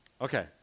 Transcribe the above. Okay